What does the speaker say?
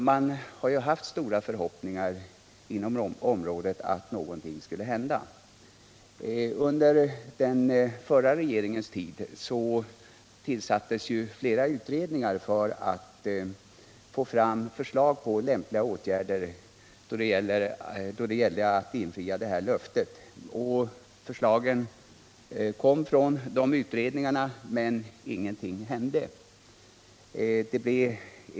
Man har också haft stora förhoppningar i området om att någonting skulle hända. Under den förra regeringens tid tillsattes flera utredningar för att man skulle få fram förslag om lämpliga åtgärder för att kunna infria de givna löftena. Utredningarna lämnade också förslag men ingenting hände.